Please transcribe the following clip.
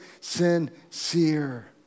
sincere